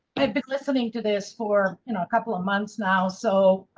i've been listening to this for and a couple of months now so,